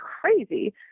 crazy